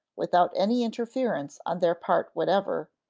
without any interference on their part whatever,